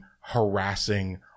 harassing